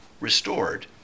restored